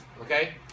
okay